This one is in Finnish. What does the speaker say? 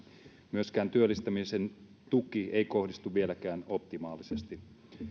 myöskään työllistämisen tuki ei kohdistu vieläkään optimaalisesti